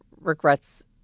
regrets